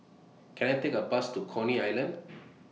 Can I Take A Bus to Coney Island